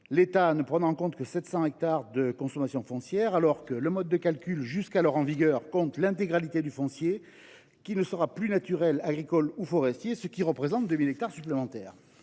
l’État ne prend en considération que 700 hectares de consommation foncière, quand le mode de calcul jusqu’ici en vigueur tenait compte de l’intégralité du foncier – lequel ne sera plus naturel, agricole ou forestier –, ce qui représente 2 000 hectares supplémentaires.